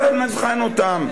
תיכף נבחן אותם,